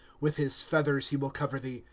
with his feathers he will cover thee,